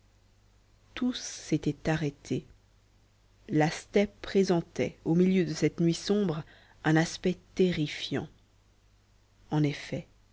tous s'étaient arrêtés la steppe présentait au milieu de cette nuit sombre un aspect terrifiant en effet